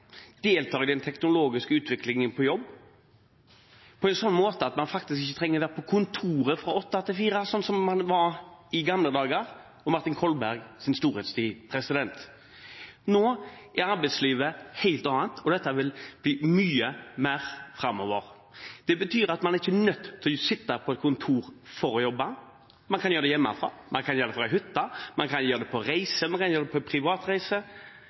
deltar i den teknologiske utviklingen på jobben på en slik måte at man faktisk ikke trenger å være på kontoret fra 8 til 16, slik som man var i gamle dager og i Martin Kolbergs storhetstid. Nå er arbeidslivet helt annerledes, og dette vil det bli mye mer av framover. Det betyr at man ikke er nødt til å sitte på et kontor for å jobbe, man kan gjøre det hjemmefra, man kan gjøre det fra hytta, man kan gjøre det på reise, man kan gjøre det på